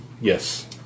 Yes